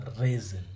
reason